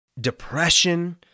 depression